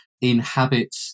inhabit